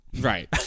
Right